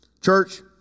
Church